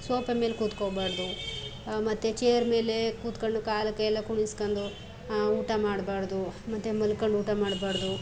sofa ಮೇಲೆ ಕೂತ್ಕೊಳ್ಬಾರ್ದು ಮತ್ತು ಚೇರ್ ಮೇಲೆ ಕೂತ್ಕೊಂಡು ಕಾಲು ಕೈ ಎಲ್ಲ ಕುಣಿಸ್ಕೊಂಡು ಊಟ ಮಾಡಬಾರ್ದು ಮತ್ತು ಮಲ್ಕೊಂಡು ಊಟ ಮಾಡಬಾರ್ದು